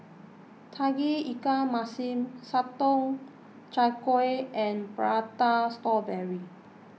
Tauge Ikan Masin Sotong Char Kway and Prata Strawberry